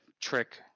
trick